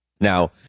Now